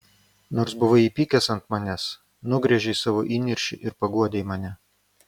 nors buvai įpykęs ant manęs nugręžei savo įniršį ir paguodei mane